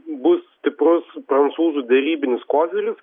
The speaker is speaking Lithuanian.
bus stiprus prancūzų derybinis kozilis